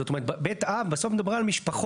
זאת אומרת, בית אב, בסוף מדברים על משפחות.